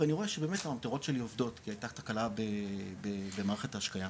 ואני רואה שבאמת הממטרות שלי עובדות כי הייתה תקלה במערכת ההשקיה.